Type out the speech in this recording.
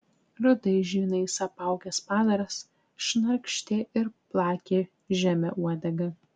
rudais žvynais apaugęs padaras šnarpštė ir plakė žemę uodega